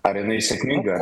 ar jinai sėkminga